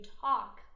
talk